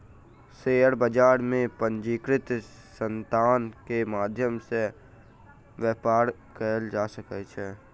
share बजार में पंजीकृत संतान के मध्य में व्यापार कयल जा सकै छै